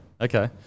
Okay